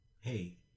hey